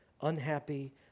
unhappy